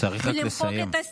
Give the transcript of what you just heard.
צריך רק לסיים.